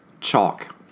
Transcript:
chalk